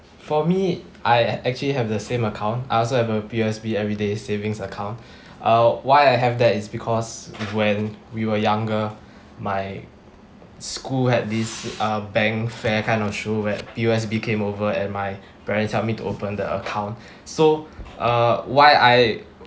for me I actually have the same account I also have a P_O_S_B everyday savings account uh why I have that is because when we were younger my school had this uh bank fair kind of show where P_O_S_B came over and my parents helped me to open the account so uh why I